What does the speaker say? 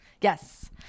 yes